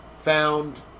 found